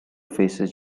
faces